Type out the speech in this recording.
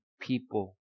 people